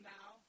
now